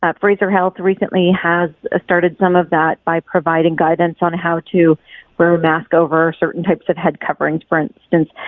fraser health reefs in the has ah started some of that by providing guidance on how to wear a mask over certain types of head coverings for instance,